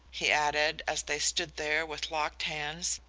he added, as they stood there with locked hands,